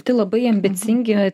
tai labai ambicingi